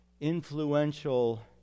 influential